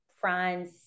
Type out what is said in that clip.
France